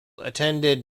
attended